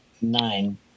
Nine